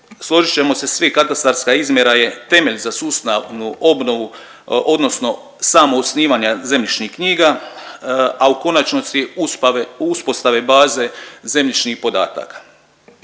složit ćemo se svi, katastarska izmjera je temelj za sustavnu obnovu odnosno samog osnivanja zemljišnih knjiga, a u konačnosti uspostave baze zemljišnih podataka.